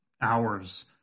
hours